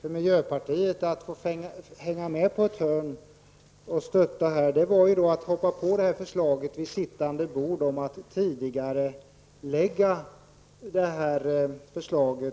för miljöpartiet att få hänga med på ett hörn var att vid sittande bord hoppa på förslaget att tidigarelägga reformen.